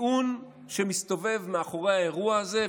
הטיעון שמסתובב מאחורי האירוע הזה,